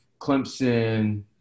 Clemson